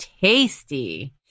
tasty